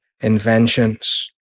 inventions